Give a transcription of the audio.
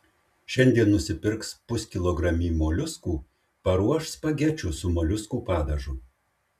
šiandien nusipirks puskilogramį moliuskų paruoš spagečių su moliuskų padažu